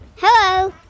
Hello